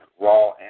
Raw